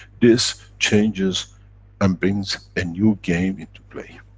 this changes and brings a new game into play.